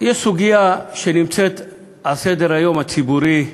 יש סוגיה שנמצאת בימים האחרונים על סדר-היום הציבורי,